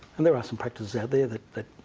and there are some practices out there that that